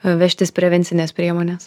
vežtis prevencines priemones